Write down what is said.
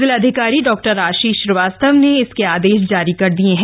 जिलाधिकारी डॉ आशीष श्रीवास्तव ने इसके आदेश जारी कर दिए हैं